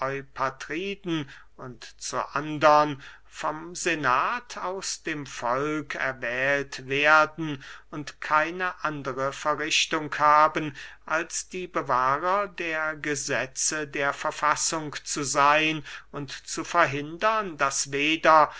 eupatriden und zur andern vom senat aus dem volk erwählt werden und keine andere verrichtung haben als die bewahrer der gesetze und der verfassung zu seyn und zu verhindern daß weder